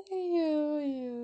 ah you ah you